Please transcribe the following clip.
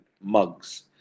mugs